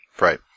Right